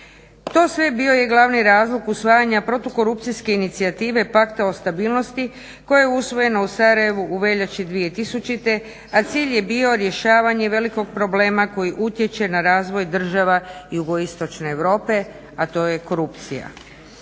To sve bio je glavni razlog usvajanja protukorupcijske inicijative Pakta o stabilnosti koja je usvojena u Sarajevu u veljači 2000.,a cilj je bio rješavanje velikog problema koji utječe na razvoj država Jugoistočne Europe, a to je korupcija.